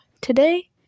today